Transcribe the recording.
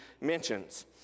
mentions